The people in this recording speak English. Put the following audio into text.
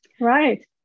Right